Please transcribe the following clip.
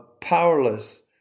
powerless